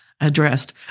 addressed